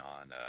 on